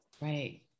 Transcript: right